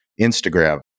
Instagram